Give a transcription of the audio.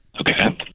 Okay